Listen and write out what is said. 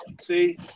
See